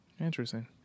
Interesting